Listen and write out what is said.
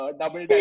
double